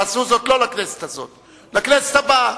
תעשו זאת לא לכנסת הזאת, לכנסת הבאה.